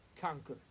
conquer